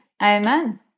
amen